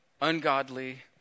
ungodly